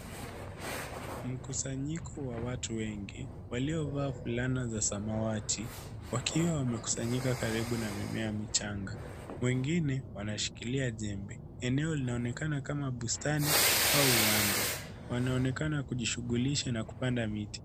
Mkusanyiko wa watu wengi waliovaa fulana za samawati wakiwa wamekusanyika karibu na mimea michanga. Wengine wanashikilia jembe. Eneo linaonekana kama bustani au uwanja. Wanaonekana kujishughulisha na kupanda miti.